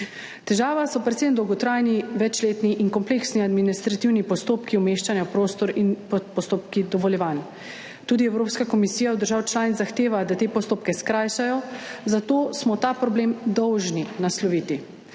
Težava so predvsem dolgotrajni, večletni in kompleksni administrativni postopki umeščanja v prostor in postopki dovoljevanj. Tudi Evropska komisija od držav članic zahteva, da te postopke skrajšajo, zato smo ta problem dolžni nasloviti.